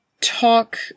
talk